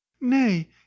nay